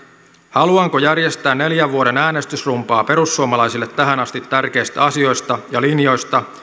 haluanko järjestää neljän vuoden äänestysrumbaa perussuomalaisille tähän asti tärkeistä asioista ja linjoista